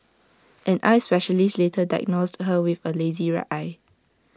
an eye specialist later diagnosed her with A lazy right eye